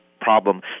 problem